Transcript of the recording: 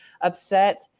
upset